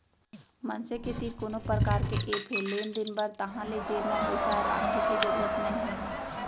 मनसे के तीर कोनो परकार के ऐप हे लेन देन बर ताहाँले जेब म पइसा राखे के जरूरत नइ हे